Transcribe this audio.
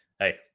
hey